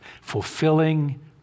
fulfilling